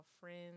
Friends